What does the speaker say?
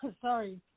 Sorry